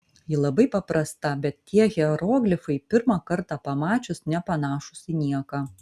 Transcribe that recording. ji labai paprasta bet tie hieroglifai pirmą kartą pamačius nepanašūs į nieką